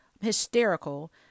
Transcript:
hysterical